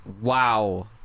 Wow